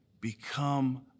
become